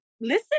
listen